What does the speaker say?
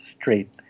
straight